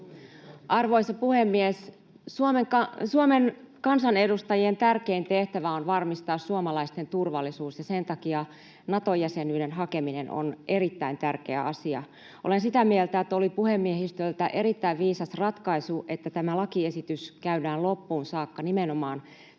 Arvoisa puhemies! Suomen kansanedustajien tärkein tehtävä on varmistaa suomalaisten turvallisuus, ja sen takia Nato-jäsenyyden hakeminen on erittäin tärkeä asia. Olen sitä mieltä, että oli puhemiehistöltä erittäin viisas ratkaisu, että tämä lakiesitys käydään loppuun saakka nimenomaan